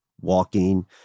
walking